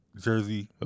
jersey